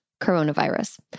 coronavirus